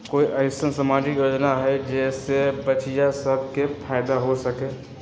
कोई अईसन सामाजिक योजना हई जे से बच्चियां सब के फायदा हो सके?